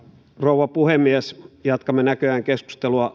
rouva puhemies jatkamme näköjään keskustelua